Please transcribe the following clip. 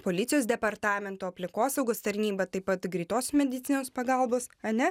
policijos departamento aplinkosaugos tarnyba taip pat greitos medicinos pagalbos ane